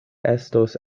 estos